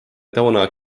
toona